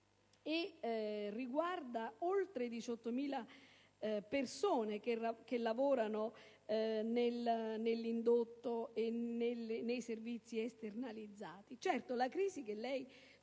ed oltre 18.000 persone che lavorano nell'indotto e nei servizi esternalizzati. Certo, la crisi che lei